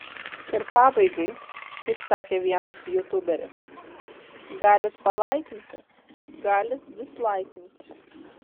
ir pabaigai kaip sakė vienas jutuberis galit palaikinti galit dislaikinti